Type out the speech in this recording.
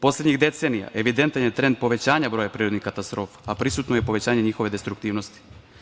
Poslednjih decenija evidentan je trend povećanja broja prirodnih katastrofa, a prisutno je povećanje njihove destruktivnosti.